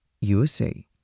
USA